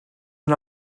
yna